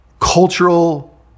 cultural